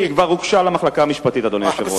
היא כבר הוגשה למחלקה המשפטית, אדוני היושב-ראש.